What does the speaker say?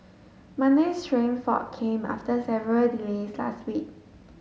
Monday's train fault came after several delays last week